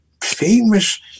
famous